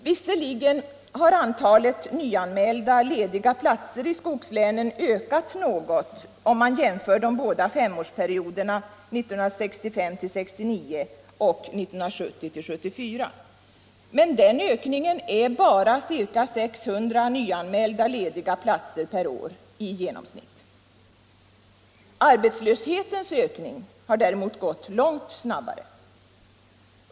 Visserligen har antalet nyanmälda lediga platser i skogslänen ökat om man jämför de båda femårsperioderna 1965-1969 och 1970-1974, men den ökningen är bara ca 600 nyanmälda lediga platser per år i genomsnitt. Arbetslöshetens ökning har däremot gått långt snabbare.